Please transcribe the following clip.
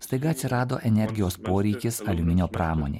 staiga atsirado energijos poreikis aliuminio pramonė